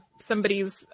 somebody's